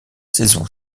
saison